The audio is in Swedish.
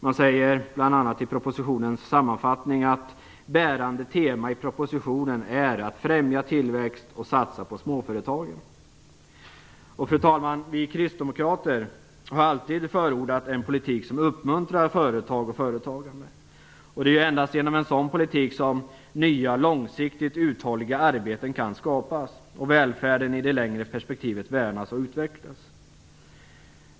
Man säger bl.a. i propositionens sammanfattning att bärande tema i propositionen är att främja tillväxt och satsa på småföretagen. Fru talman! Vi kristdemokrater har alltid förordat en politik som uppmuntrar företag och företagande. Det är endast genom en sådan politik som nya, långsiktigt uthålliga arbeten kan skapas och välfärden i det längre perspektivet värnas och utvecklas.